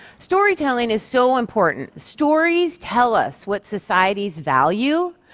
storytelling is so important. stories tell us what societies value,